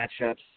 matchups